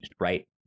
right